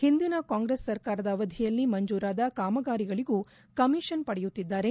ಹಿಂದಿನ ಕಾಂಗ್ರೆಸ್ ಸರ್ಕಾರದ ಅವಧಿಯಲ್ಲಿ ಮಂಜೂರಾದ ಕಾಮಗಾರಿಗಳಿಗೂ ಕಮೀಷನ್ ಪಡೆಯುತ್ತಿದ್ದಾರೆ